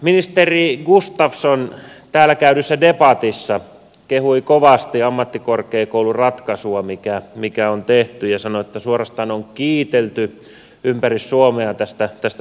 ministeri gustafsson täällä käydyssä debatissa kehui kovasti ammattikorkeakouluratkaisua mikä on tehty ja sanoi että suorastaan on kiitelty ympäri suomea tästä ratkaisusta